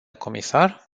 comisar